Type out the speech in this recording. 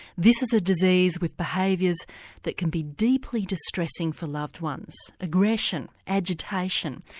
this is a disease with behaviours that can be deeply distressing for loved ones. aggression, agitation,